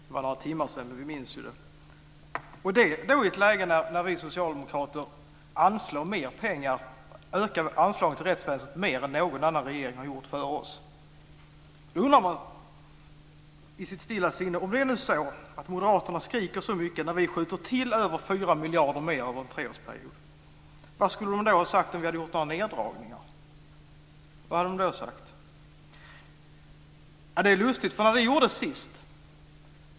Det var några timmar sedan, men vi minns det ju. Och detta i ett läge när vi socialdemokrater anslår mer pengar, och ökar anslaget till rättsväsendet mer än vad någon annan regering har gjort tidigare! Man undrar i sitt stilla sinne: Om det nu är så att moderaterna skriker så här mycket när vi skjuter till över fyra miljarder mer över en treårsperiod - vad skulle de då ha sagt om vi hade gjort neddragningar? Det är lustigt.